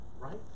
Right